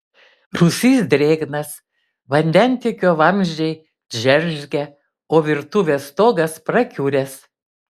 rūsys drėgnas vandentiekio vamzdžiai džeržgia o virtuvės stogas prakiuręs